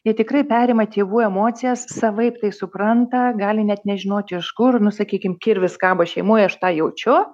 jie tikrai perima tėvų emocijas savaip tai supranta gali net nežinoti iš kur nu sakykim kirvis kabo šeimoj aš tą jaučiu